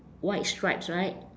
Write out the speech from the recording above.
white stripes right